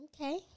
Okay